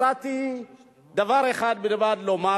מצאתי דבר אחד בלבד לומר,